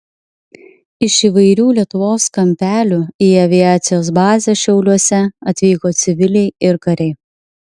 iš įvairių lietuvos kampelių į aviacijos bazę šiauliuose atvyko civiliai ir kariai